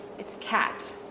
it's kat.